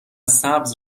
سبز